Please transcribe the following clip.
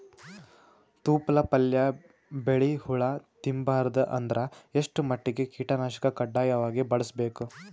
ತೊಪ್ಲ ಪಲ್ಯ ಬೆಳಿ ಹುಳ ತಿಂಬಾರದ ಅಂದ್ರ ಎಷ್ಟ ಮಟ್ಟಿಗ ಕೀಟನಾಶಕ ಕಡ್ಡಾಯವಾಗಿ ಬಳಸಬೇಕು?